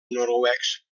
noruecs